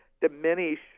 diminish